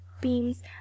beams